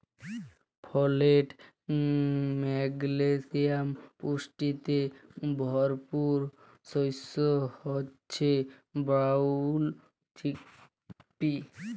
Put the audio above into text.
folate, magnesium পুষ্টিতে ভরপুর শস্য হচ্যে ব্রাউল চিকপি